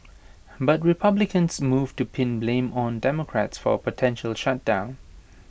but republicans moved to pin blame on democrats for A potential shutdown